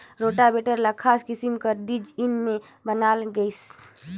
rotavator ल खास किसम कर डिजईन में बनाल गइसे